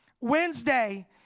Wednesday